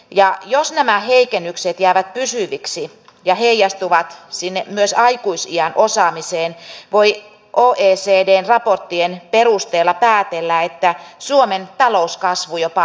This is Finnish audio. ja jos nämä heikennykset jäävät pysyviksi ja heijastuvat myös sinne aikuisiän osaamiseen voi oecdn raporttien perusteella päätellä että suomen talouskasvu jopa hidastuu